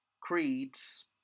Creeds